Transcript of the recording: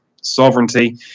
sovereignty